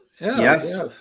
Yes